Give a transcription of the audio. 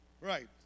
Right